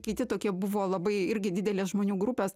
kiti tokie buvo labai irgi didelė žmonių grupes